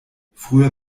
früher